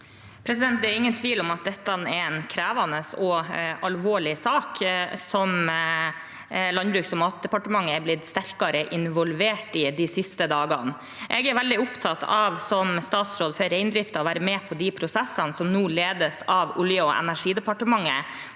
Det er ingen tvil om at dette er en krevende og alvorlig sak, som Landbruks- og matdepartementet er blitt sterkere involvert i de siste dagene. Som statsråd for reindriften er jeg veldig opptatt av å være med på de prosessene som nå ledes av Olje- og energidepartementet,